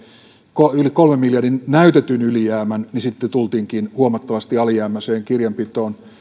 jättää yli kolmen miljardin näytetyn ylijäämän niin sitten tultiinkin huomattavasti alijäämäiseen kirjanpitoon